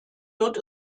wird